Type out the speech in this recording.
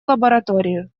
лабораторию